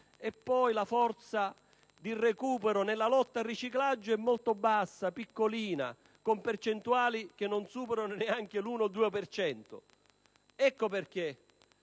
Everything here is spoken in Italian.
invece la forza di recupero nella lotta al riciclaggio è molto bassa, piccolina, con percentuali che non superano neanche l'1 o il 2 per